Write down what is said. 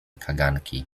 kaganki